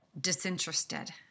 disinterested